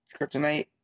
kryptonite